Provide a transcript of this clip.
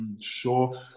sure